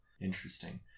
interesting